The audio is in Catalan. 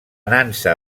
nansa